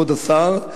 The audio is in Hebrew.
כבוד השר,